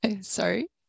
sorry